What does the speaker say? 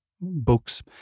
books